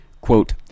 quote